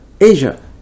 Asia